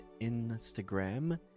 Instagram